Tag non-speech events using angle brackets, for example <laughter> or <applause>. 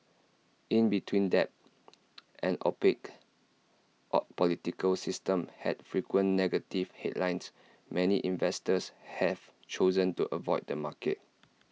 in between debt <noise> an opaque <hesitation> political system and frequent negative headlines many investors have chosen to avoid the market